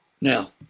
Now